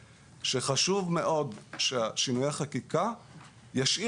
חשוב לי לומר שחשוב מאוד ששינויי החקיקה ישאירו